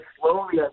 slowly